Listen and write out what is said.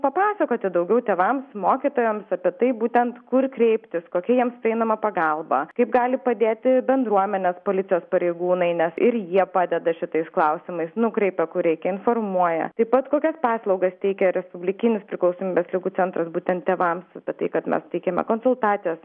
papasakoti daugiau tėvams mokytojams apie tai būtent kur kreiptis kokia jiems prieinama pagalba kaip gali padėti bendruomenės policijos pareigūnai nes ir jie padeda šitais klausimais nukreipia kur reikia informuoja taip pat kokias paslaugas teikia respublikinis priklausomybės ligų centras būtent tėvams apie tai kad mes teikiame konsultacijas